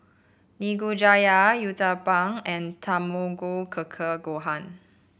Nikujaga Uthapam and Tamago Kake Gohan